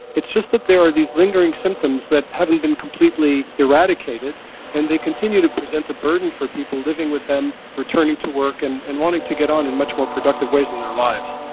it's just that there are these lingering symptoms that haven't been completely eradicated and they continue to present a burden for people living with them, returning to work and and wanting to get on in much more productive ways in their lives.